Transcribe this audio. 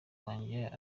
wanjye